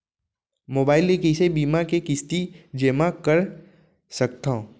Mobile ले कइसे बीमा के किस्ती जेमा कर सकथव?